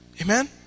Amen